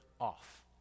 off